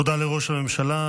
תודה לראש הממשלה.